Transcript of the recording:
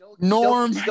Norm